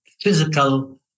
physical